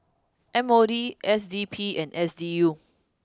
M O D S D P and S D U